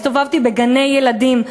הסתובבתי בגני-ילדים,